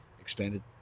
expanded